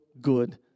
good